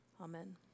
Amen